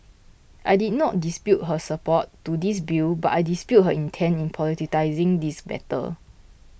I did not dispute her support to this bill but I dispute her intent in politicising this matter